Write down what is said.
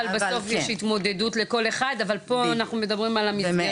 בסוף יש התמודדות לכל אחד אבל פה אנחנו מדברים על המסגרת של חיילות.